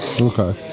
Okay